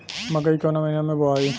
मकई कवना महीना मे बोआइ?